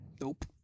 Nope